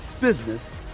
business